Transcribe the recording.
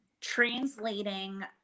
translating